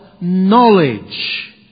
knowledge